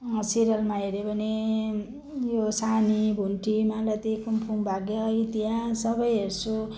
सिरियलमा हेऱ्यो भने यो सानी भुन्टी मालती कुमकुम भाग्य इतिहास सबै हेर्छु